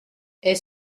est